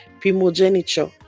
primogeniture